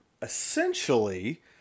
essentially